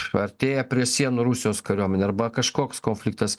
artėja prie sienų rusijos kariuomenė arba kažkoks konfliktas